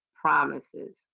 promises